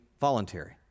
voluntary